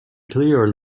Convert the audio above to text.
clearer